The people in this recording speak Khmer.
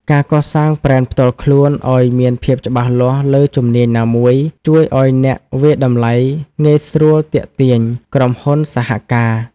ការកសាងប្រេនផ្ទាល់ខ្លួន ឱ្យមានភាពច្បាស់លាស់លើជំនាញណាមួយ ជួយឱ្យអ្នកវាយតម្លៃងាយស្រួលទាក់ទាញក្រុមហ៊ុនសហការ។